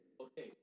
Okay